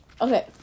Okay